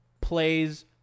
plays